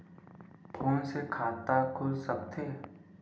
Phone से खाता खुल सकथे?